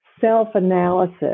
self-analysis